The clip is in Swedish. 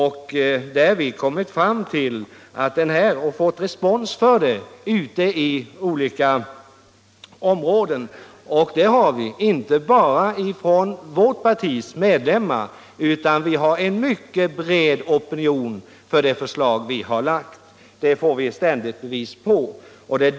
Vi har fått respons för vårt förslag, inte bara från vårt partis medlemmar utan från en mycket bred opinion. Det får vi ständiga bevis för.